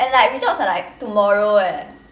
and like results are like tomorrow eh